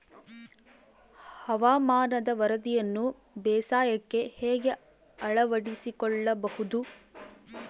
ಹವಾಮಾನದ ವರದಿಯನ್ನು ಬೇಸಾಯಕ್ಕೆ ಹೇಗೆ ಅಳವಡಿಸಿಕೊಳ್ಳಬಹುದು?